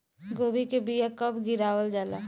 गोभी के बीया कब गिरावल जाला?